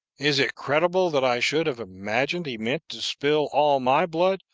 is it credible that i should have imagined he meant to spill all my blood,